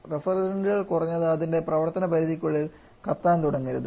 റഫ്രിജറന്റുകൾ കുറഞ്ഞത് അതിൻറെ പ്രവർത്തന പരിധിക്കുള്ളിൽ കത്താൻ തുടങ്ങരുത്